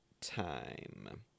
time